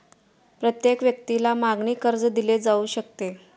प्रत्येक व्यक्तीला मागणी कर्ज दिले जाऊ शकते